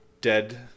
dead